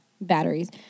batteries